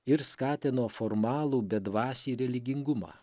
ir skatino formalų bedvasį religingumą